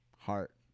Heart